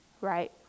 right